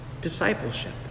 discipleship